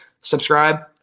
Subscribe